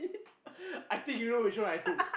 I think you know which one I took